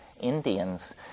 Indians